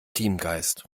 teamgeist